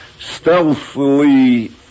stealthily